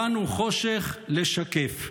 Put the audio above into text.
באנו חושך לשקף,